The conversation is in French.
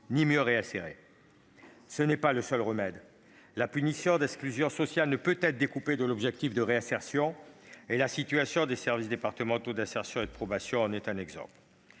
de prison supplémentaires n'est pas le seul remède. La punition d'exclusion sociale ne peut pas être découplée de l'objectif de réinsertion ; la situation des services pénitentiaires d'insertion et de probation en est un exemple.